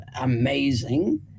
amazing